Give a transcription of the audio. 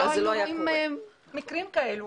לא היינו רואים מקרים כאלה.